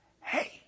Hey